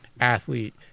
athlete